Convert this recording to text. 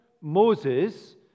Moses